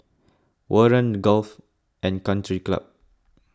Warren Golf and Country Club